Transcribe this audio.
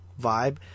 vibe